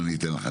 אבל אני אתן לך,